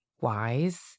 wise